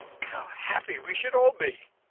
how happy we should all be!